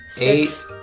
Eight